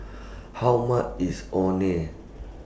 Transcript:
How much IS Orh Nee